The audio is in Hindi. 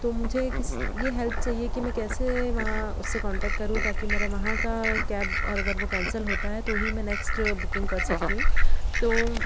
तो मुझे किस ये हेल्प चाहिए कि मैं कैसे वहाँ उससे कांटेक्ट करूँ ताकि मेरा वहाँ का कैब और अगर वो कैंसिल होता है तो ही मैं नेक्स्ट बुकिंग कर सकती हूँ तो